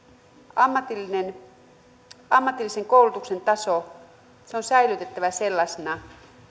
ammatillisen koulutuksen taso on säilytettävä sellaisena